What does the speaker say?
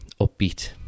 upbeat